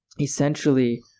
essentially